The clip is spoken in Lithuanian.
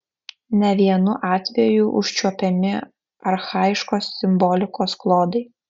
ne vienu atveju užčiuopiami archaiškos simbolikos klodai